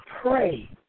pray